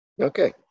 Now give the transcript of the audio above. Okay